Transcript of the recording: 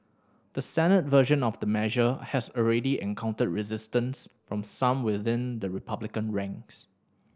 the Senate version of the measure has already encountered resistance from some within the Republican ranks